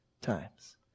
times